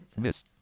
Miss